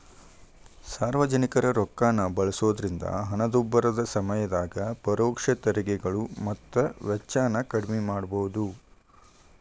ಸಾರ್ವಜನಿಕರ ರೊಕ್ಕಾನ ಬಳಸೋದ್ರಿಂದ ಹಣದುಬ್ಬರದ ಸಮಯದಾಗ ಪರೋಕ್ಷ ತೆರಿಗೆಗಳು ಮತ್ತ ವೆಚ್ಚನ ಕಡ್ಮಿ ಮಾಡಬೋದು